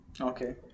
Okay